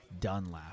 Dunlap